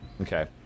Okay